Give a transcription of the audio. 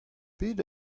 pet